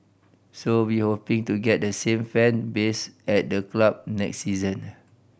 so we hoping to get the same fan base at the club next season